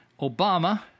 Obama